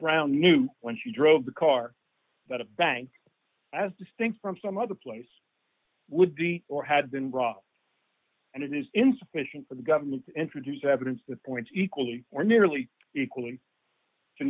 brown knew when she drove the car that a bank as distinct from some other place would be or had been wrong and it is insufficient for the government to introduce evidence that points equally or nearly equally to